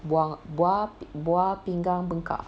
buah buah buah pinggang bengkak